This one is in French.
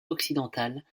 occidental